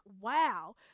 wow